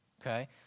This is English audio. okay